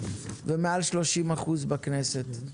ומעל 30% בכנסת?